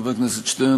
חבר הכנסת שטרן,